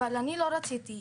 אבל אני לא רציתי,